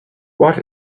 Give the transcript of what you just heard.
what